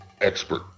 Expert